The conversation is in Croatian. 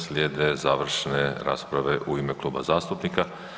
Slijede završne rasprave u ime kluba zastupnika.